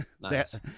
nice